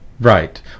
right